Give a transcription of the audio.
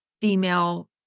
female